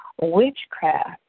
witchcraft